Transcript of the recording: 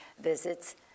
visits